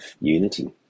unity